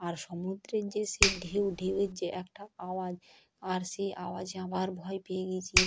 আর সমুদ্রের যে সে ঢেউ ঢেউয়ের যে একটা আওয়াজ আর সে আওয়াজে আবার ভয় পেয়ে গেছি